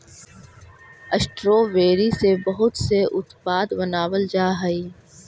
strawberry से बहुत से उत्पाद बनावाल जा हई